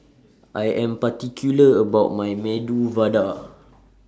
I Am particular about My Medu Vada